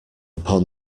upon